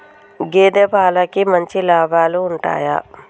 గేదే పాలకి మంచి లాభాలు ఉంటయా?